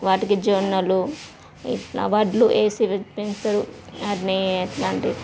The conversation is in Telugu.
వాటికి జొన్నలు ఇట్లా వడ్లు వేసి పె పెంచుతారు వాటిని ఎట్లా అంటే